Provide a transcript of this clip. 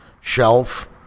shelf